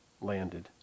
landed